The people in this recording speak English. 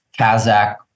Kazakh